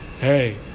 Hey